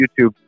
YouTube